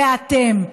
ואתם,